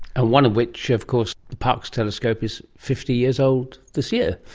and one of which of course, the parkes telescope, is fifty years old this year.